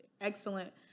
excellent